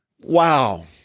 wow